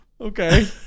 Okay